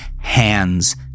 hands